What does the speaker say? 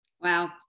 Wow